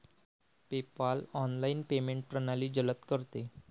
PayPal online payment प्रणाली जलद करते